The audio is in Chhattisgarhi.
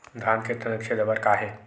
धान के तनक छेदा बर का हे?